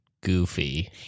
Goofy